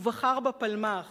ובחר בפלמ"ח,